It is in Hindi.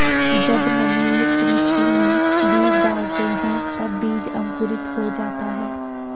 जब नमीयुक्त मिट्टी में बीज डालते हैं तब बीज अंकुरित हो जाता है